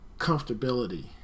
comfortability